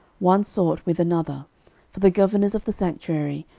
one sort with another for the governors of the sanctuary,